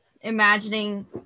imagining